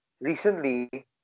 recently